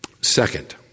Second